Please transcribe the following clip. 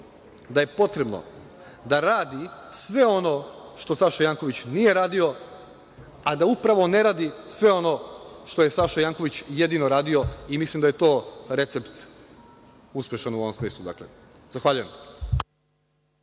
da je potrebno da radi sve ono što Saša Janković nije radio, a da upravo ne radi sve ono što je Saša Janković jedino radio i mislim da je to uspešan recept. Zahvaljujem.